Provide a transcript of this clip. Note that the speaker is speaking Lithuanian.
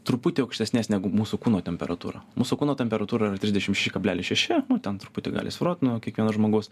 truputį aukštesnes negu mūsų kūno temperatūra mūsų kūno temperatūra yra trisdešim šeši kablelis šeši nu ten truputį gali svyruot nu kiekvieno žmogaus